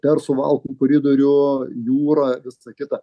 per suvalkų koridorių jūra visa kita